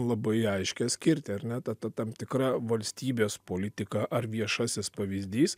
labai aiškią skirtį ar ne ta ta tam tikra valstybės politika ar viešasis pavyzdys